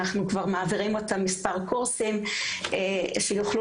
אנחנו כבר מעבירים מספר קורסים שיוכלו